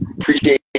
Appreciate